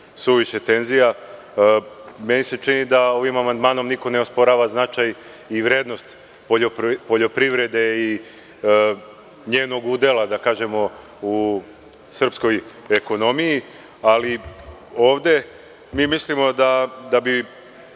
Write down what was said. isuviše tenzija. Meni se čini da ovim amandmanom niko ne osporava značaj i vrednost poljoprivrede i njenog udela u srpskoj ekonomiji. Ali, ovde mislimo da bi